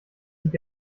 dich